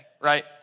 right